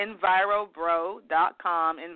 EnviroBro.com